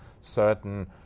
certain